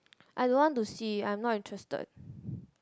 I don't want to see I'm not interested